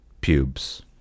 pubes